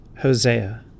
Hosea